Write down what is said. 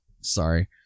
Sorry